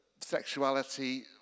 sexuality